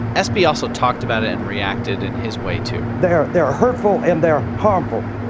espy also talked about it and reacted in his way, too they're they're hurtful, and they're harmful.